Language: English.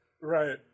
Right